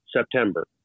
September